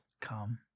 Come